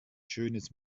schönes